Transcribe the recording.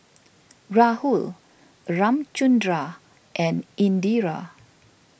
Rahul Ramchundra and Indira